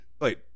wait